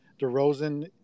DeRozan